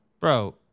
Bro